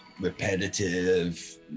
repetitive